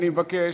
אני מבקש.